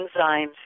enzymes